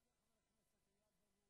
יעלה חבר הכנסת איל בן ראובן,